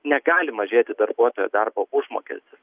negali mažėti darbuotojo darbo užmokestis